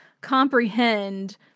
comprehend